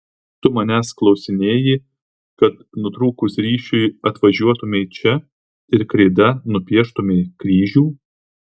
tu manęs klausinėji kad nutrūkus ryšiui atvažiuotumei čia ir kreida nupieštumei kryžių